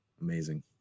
Amazing